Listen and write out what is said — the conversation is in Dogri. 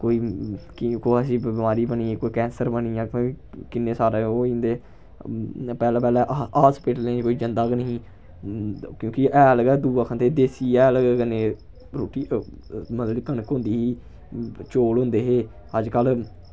कोई कैसी बमारी बनी गेई कोई कैंसर बनी गेआ किन्ने सारे ओह् होई जंदे पैह्लैं पैह्लैं हास्पिटलें कोई जंदा गै नेईं हा क्योंकि हैल गै दूआ खंदे हे देसी हैल कन्नै रुट्टी मतलब कि कनक होंदी ही चौल होंदे हे अज्जकल